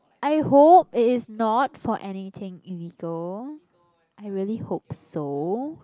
I hope it is not for anything illegal I really hope so